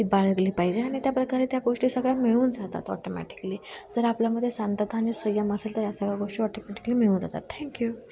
ती बाळगली पाहिजे आणि त्याप्रकारे त्या गोष्टी सगळ्या मिळून जातात ऑटोमॅटिकली जर आपल्यामध्ये शांतता आणि संयम असेल तर या सगळ्या गोष्टी ऑटोमॅटिकली मिळून जातात थँक्यू